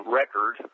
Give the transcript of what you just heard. record